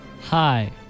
Hi